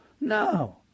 No